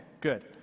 good